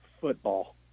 football